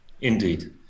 Indeed